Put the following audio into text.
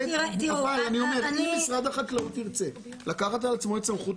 אם משרד החקלאות רוצה לקחת על עצמו את סמכות